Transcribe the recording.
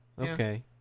Okay